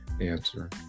answer